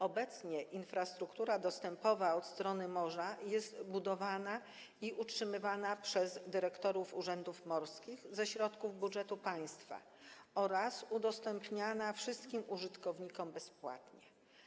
Obecnie infrastruktura dostępowa od strony morza jest budowana i utrzymywana przez dyrektorów urzędów morskich ze środków budżetu państwa oraz udostępniana wszystkim użytkownikom bezpłatnie.